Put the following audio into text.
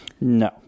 No